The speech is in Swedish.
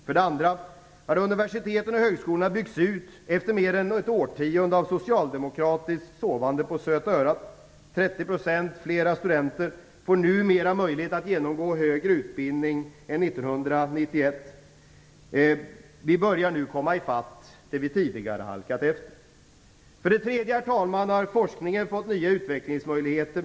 För det andra har universiteten och högskolorna byggts ut efter mer än ett årtionde av socialdemokratiskt sovande på söta örat. 30 % fler studenter får numera möjlighet att genomgå högre utbildning än 1991. Vi börjar nu komma ifatt det vi tidigare halkat efter. För det tredje har forskningen fått nya utvecklingsmöjligheter.